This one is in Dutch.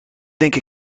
denk